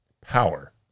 power